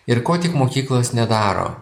ir ko tik mokyklos nedaro